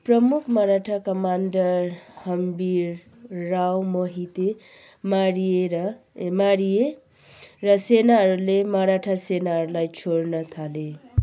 प्रमुख मराठा कमान्डर हम्बीरराव मोहिते मारिएर ए मारिए र सेनाहरूले मराठा सेनाहरूलाई छोड्न थाले